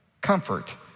comfort